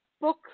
Book